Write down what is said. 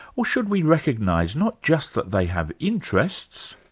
or should we recognise not just that they have interests,